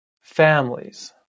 families